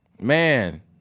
man